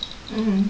mm